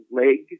leg